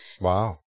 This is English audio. Wow